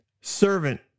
Servant